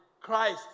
Christ